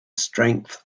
strength